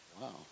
wow